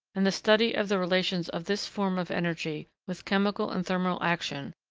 and the study of the relations of this form of energy with chemical and thermal action,